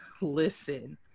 listen